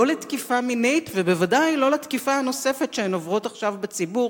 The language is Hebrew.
לא לתקיפה מינית ובוודאי לא לתקיפה הנוספת שהן עוברות עכשיו בציבור,